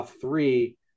three